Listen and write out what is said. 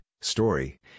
story